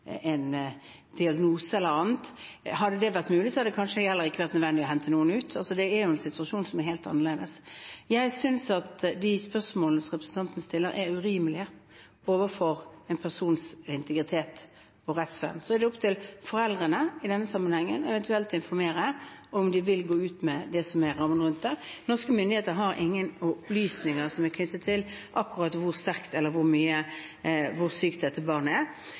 en diagnose eller annet. Hadde det vært mulig, hadde det kanskje heller ikke vært nødvendig å hente noen ut. Det er en situasjon som er helt annerledes. Jeg synes at de spørsmålene som representanten stiller, er urimelige overfor en persons integritet og rettsvern. Så er det opp til foreldrene, i denne sammenhengen, eventuelt å informere og om de vil gå ut med det som er rammen rundt dette. Norske myndigheter har ingen opplysninger som er knyttet til akkurat hvor sterkt eller hvor sykt dette barnet er.